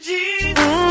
Jesus